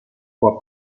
può